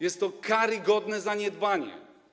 Jest to karygodne zaniedbanie.